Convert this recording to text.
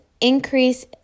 increase